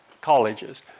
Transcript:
colleges